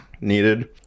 needed